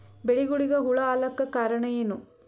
ಬೆಳಿಗೊಳಿಗ ಹುಳ ಆಲಕ್ಕ ಕಾರಣಯೇನು?